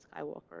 Skywalker